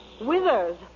Withers